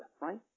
right